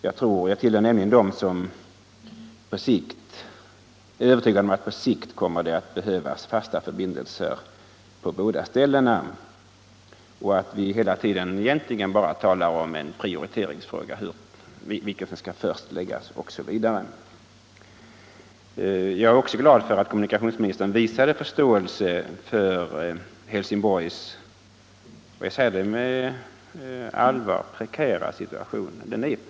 Jag tillhör nämligen dem som är övertygade om att det på längre sikt kommer att behövas fasta förbindelser på båda ställena och att vi alltså hela tiden egentligen bara talar om en prioriteringsfråga — om vilken förbindelse som skall utföras först osv. Jag är glad över att kommunikationsministern visade förståelse för Helsingborgs — jag säger det med allvar — prekära situation.